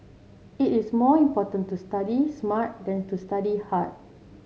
it is more important to study smart than to study hard